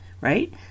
right